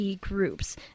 groups